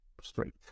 straight